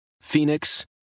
Phoenix